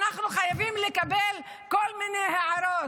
אנחנו חייבים לקבל כל מיני הערות.